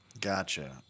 Gotcha